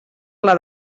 pla